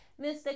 Mr